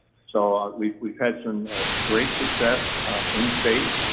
so ah we've we've had some great success in state.